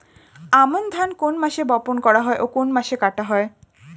আমন ধান কোন মাসে বপন করা হয় ও কোন মাসে কাটা হয়?